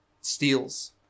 steals